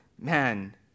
man